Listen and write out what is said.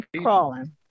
crawling